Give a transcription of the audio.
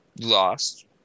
lost